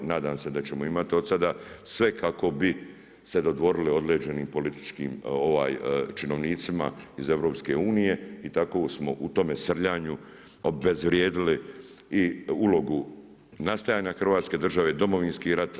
Nadam se da ćemo imati od sada sve kako bi se dodvorili određenim političkim činovnicima iz EU i tako smo u tome srljanju obezvrijedili i ulogu nastajanja Hrvatske države, Domovinski rat.